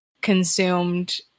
consumed